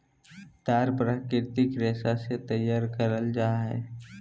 तार प्राकृतिक रेशा से तैयार करल जा हइ